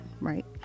right